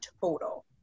total